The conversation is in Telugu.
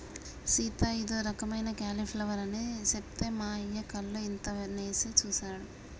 సీత ఇదో రకమైన క్యాలీఫ్లవర్ అని సెప్తే మా అయ్య కళ్ళు ఇంతనేసి సుసాడు